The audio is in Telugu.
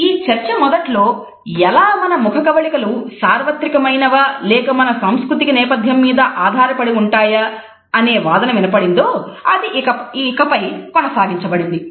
ఈ చర్చ మొదట్లో ఎలా మన ముఖకవళికలు సార్వత్రికమైనవా లేక మన సాంస్కృతిక నేపథ్యం మీద ఆధారపడి ఉంటాయా అనే వాదన వినపడిందో అది ఇకపై కొనసాగించబడింది